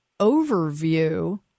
overview